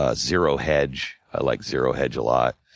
ah zero hedge. i like zero hedge a lot.